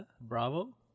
bravo